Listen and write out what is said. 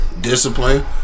Discipline